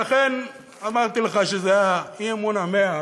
לכן, אמרתי לך שזה האי-אמון ה-100.